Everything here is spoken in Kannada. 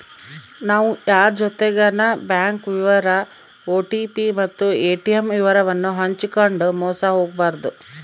ನಾವು ಯಾರ್ ಜೊತಿಗೆನ ಬ್ಯಾಂಕ್ ವಿವರ ಓ.ಟಿ.ಪಿ ಮತ್ತು ಏ.ಟಿ.ಮ್ ವಿವರವನ್ನು ಹಂಚಿಕಂಡು ಮೋಸ ಹೋಗಬಾರದು